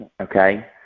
Okay